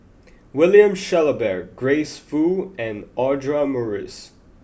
William Shellabear Grace Fu and Audra Morrice